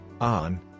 on